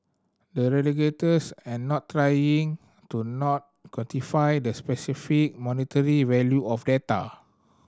the regulators are not trying to not quantify the specific monetary value of data